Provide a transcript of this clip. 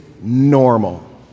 normal